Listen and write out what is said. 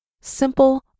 simple